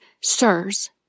Sirs